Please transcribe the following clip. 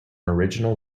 original